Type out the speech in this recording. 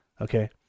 Okay